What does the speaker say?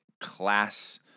class